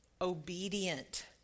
obedient